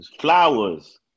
Flowers